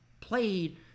played